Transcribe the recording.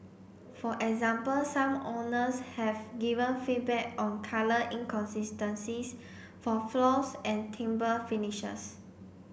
for example some owners have given feedback on colour inconsistencies for floors and timber finishes